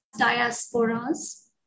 diasporas